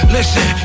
Listen